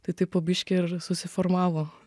tai taip po biškį ir susiformavo